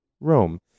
Rome